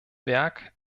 werk